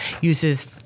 uses